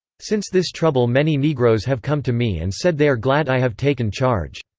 since this trouble many negroes have come to me and said they are glad i have taken charge.